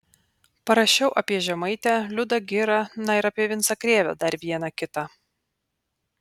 parašiau apie žemaitę liudą girą na ir apie vincą krėvę dar vieną kitą